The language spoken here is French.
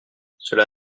cela